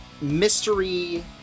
mystery